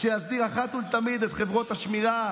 שיסדיר אחת ולתמיד את השמירה,